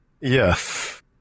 Yes